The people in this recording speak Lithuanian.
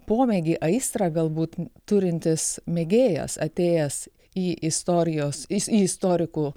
pomėgį aistrą galbūt turintis mėgėjas atėjęs į istorijos is į istorikų